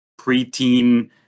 preteen